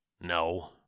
No